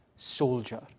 soldier